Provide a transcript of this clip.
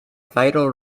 vital